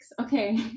Okay